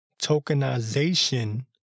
tokenization